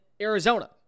Arizona